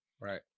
Right